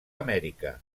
amèrica